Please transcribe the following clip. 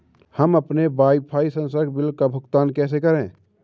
हम अपने वाईफाई संसर्ग बिल का भुगतान कैसे करें?